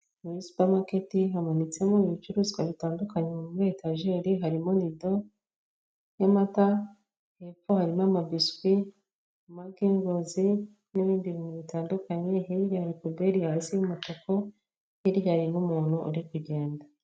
Muri supermarket hamanitsemo ibicuruzwa bitandukanye muri etajeri, harimo nido y'amata hepfo harimo amabiswi, amagingozi n'ibindi bintu bitandukanye. Hirya hari puberi hasi y'umutuku hirya harimo umuntu uri kugenda.